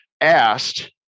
asked